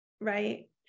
Right